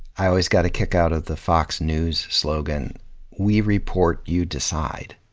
i always got a kick out of the fox news slogan we report, you decide.